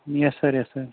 yes sir yes sir